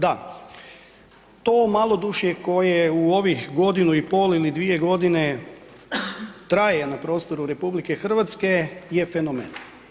Da, to malodušje koje u ovih godinu i pol ili dvije godine traje na prostoru RH je fenomen.